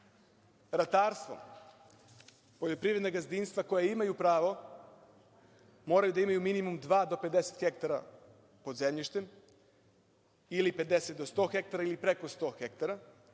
ratarstvom, poljoprivredna gazdinstva koja imaju pravo moraju da imaju minimum dva do 50 hektara pod zemljištem ili 50 do 100 hektara ili preko 100 hektara.